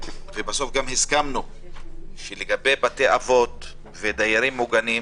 הסכמנו שלגבי בתי אבות ודיור מוגן,